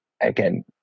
again